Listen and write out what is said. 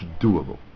doable